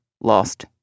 lost